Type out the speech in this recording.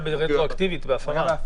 הוא היה רטרואקטיבית בהפרה.